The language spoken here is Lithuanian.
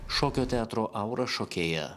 šokio teatro aura šokėja